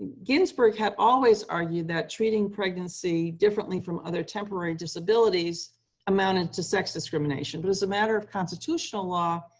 ginsburg had always argued that treating pregnancy differently from other temporary disabilities amounted to sex discrimination. but as a matter of constitutional law,